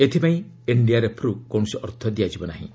ଏଥପାଇଁ ଏନ୍ଡିଆର୍ଏଫ୍ରୁ କୌଣସି ଅର୍ଥ ଦିଆଯିବ ନାହିଁ